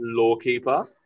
Lawkeeper